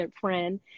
friend